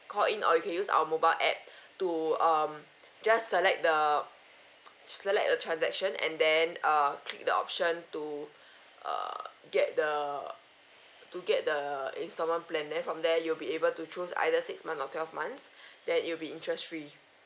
call in or you can use our mobile app to um just select the select a transaction and then err click the option to err get the to get the installment plan then from there you'll be able to choose either six month or twelve months then it'll be interest free